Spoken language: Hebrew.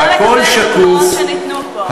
מה לגבי הדוגמאות שניתנו פה?